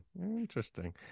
interesting